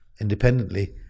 independently